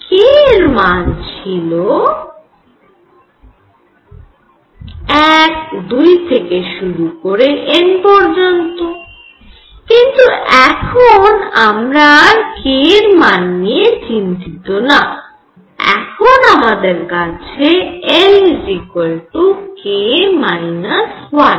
k এর মান ছিল 1 2 থেকে শুরু করে n পর্যন্ত কিন্তু এখন আমরা আর k এর মান নিয়ে চিন্তিত না এখন আমাদের আছে l k - 1